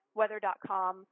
weather.com